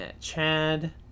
Chad